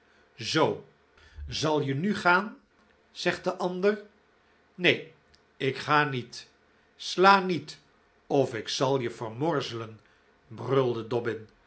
zoo zal je nu gaan zegt de ander nee ik ga niet sla niet of ik zal je vermorzelen brulde